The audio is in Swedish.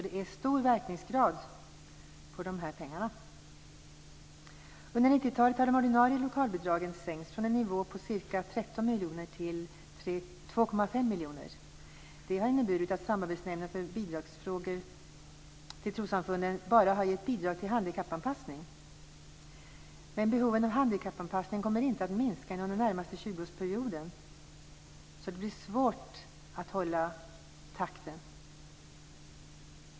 Det är alltså en hög verkningsgrad vad gäller de här pengarna. Under 90-talet har det ordinarie lokalbidraget sänkts från en nivå på ca 13 miljoner kronor till 2,5 miljoner kronor. Det har inneburit att Samarbetsnämnden för statsbidrag till trossamfund bara har gett bidrag till handikappanpassning. Men behoven av handikappanpassning kommer inte att minska under den närmaste 20-årsperioden. Därför blir det svårt att hålla takten.